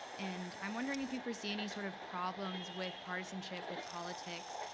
and i'm wondering if you foresee any sort of problems with partisanship with politics,